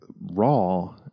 Raw